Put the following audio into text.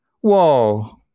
whoa